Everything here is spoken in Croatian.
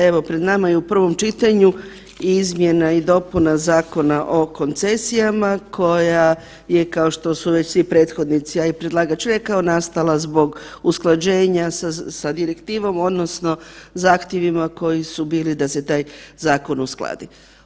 Evo pred nama je u prvom čitanju i izmjena i dopuna Zakona o koncesijama koja je kao što su već svi prethodnici, a i predlagač rekao nastala zbog usklađenja sa direktivom odnosno zahtjevima koji su bili da se taj zakon uskladi.